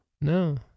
No